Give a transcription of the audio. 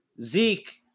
Zeke